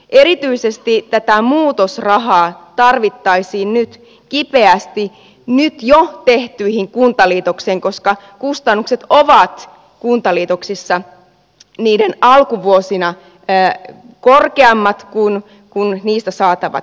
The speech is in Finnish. erityisesti tätä muutosrahaa tarvittaisiin nyt kipeästi jo tehtyihin kuntaliitoksiin koska kustannukset ovat kuntaliitoksissa niiden alkuvuosina korkeammat kuin niistä saatavat säästöt